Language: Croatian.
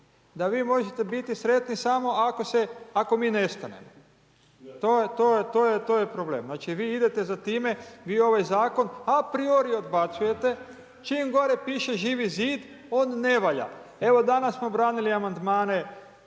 da vi možete biti sretni samo ako se, ako mi nestanemo. To je, to je problem. Znači vi idete za time, vi ovaj zakon aprior odbacujete čim gore piše Živi zid on ne valja. Evo danas smo branili amandmane